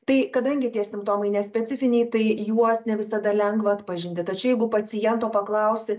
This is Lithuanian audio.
tai kadangi tie simptomai nespecifiniai tai juos ne visada lengva atpažinti tai čia jeigu paciento paklausi